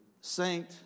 Saint